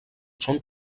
són